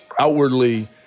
outwardly